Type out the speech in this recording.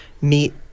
meet